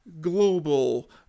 global